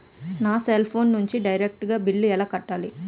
నా cell phone నుంచి direct గా బిల్లు ఎలా కట్టాలి?